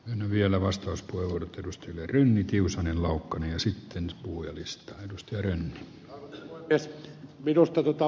en vielä vastausta nuorten rynni tiusanen laukoneen sitten uudesta edustojen des arvoisa puhemies